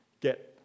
get